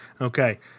Okay